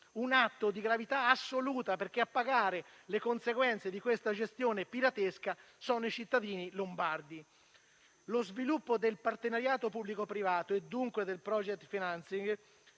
un atto di gravità assoluta, perché a pagare le conseguenze di questa gestione piratesca sono i cittadini lombardi. Lo sviluppo del partenariato pubblico-privato e dunque del *project financing*,